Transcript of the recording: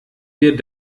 wir